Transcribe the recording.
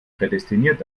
prädestiniert